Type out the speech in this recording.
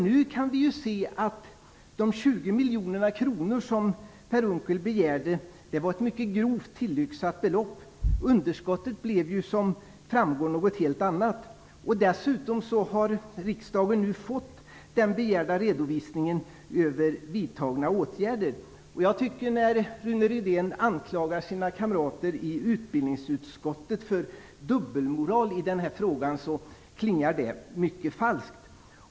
Nu kan vi se att de 20 miljoner kronorna som Per Unckel begärde var ett mycket grovt tillyxat belopp. Underskottet blev som framgår någonting helt annat. Dessutom har riksdagen nu fått den begärda redovisningen över vidtagna åtgärder. Jag tycker att det klingar mycket falskt när Rune Rydén anklagar sina kamrater i utbildningsutskottet för dubbelmoral i frågan.